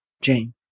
Jane